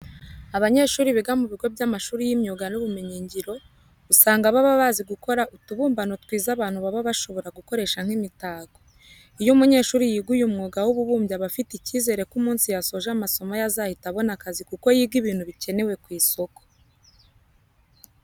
Abanyeshuri biga mu bigo by'amashuri y'imyuga n'ubumenyingiro, usanga baba bazi gukora utubumbano twiza abantu baba bashobora gukoresha nk'imitako. Iyo umunyeshuri yiga uyu mwuga w'ububumbyi aba afite icyizere ko umunsi yasoje amasomo ye azahita abona akazi kuko yiga ibintu bikenewe ku isoko.